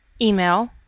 email